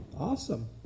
Awesome